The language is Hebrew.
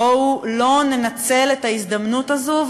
בואו לא ננצל את ההזדמנות הזו,